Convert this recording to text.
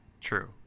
true